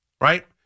right